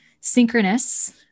synchronous